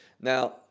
now